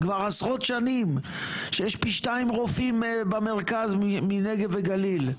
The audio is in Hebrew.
כבר עשרות שנים שיש פי שניים רופאים במרכז מבנגב ובגליל,